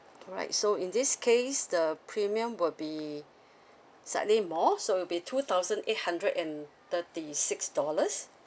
all right so in this case the premium will be slightly more so it'll be two thousand eight hundred and thirty six dollars